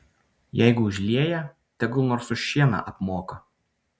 jeigu užlieja tegul nors už šieną apmoka